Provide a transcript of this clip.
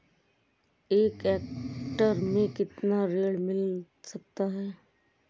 एक हेक्टेयर में कितना ऋण मिल सकता है?